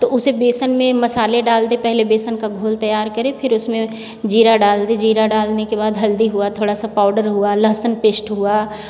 तो उसे बेसन में मसाले डाल दें पहले बेसन का घोल तैयार करें फिर उसमें जीरा डाल दे जीरा डालने के बाद हल्दी हुआ थोड़ा सा पाउडर हुआ लहसुन पेस्ट हुआ